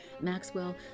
Maxwell